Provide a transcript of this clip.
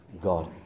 God